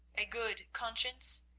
a good conscience,